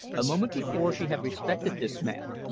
a moment before she had respected this man.